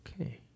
okay